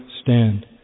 stand